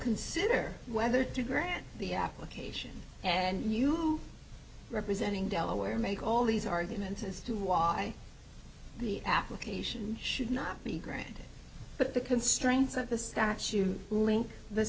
consider whether to grant the application and you representing delaware make all these arguments as to why the application should not be granted but the constraints of the statute ruling the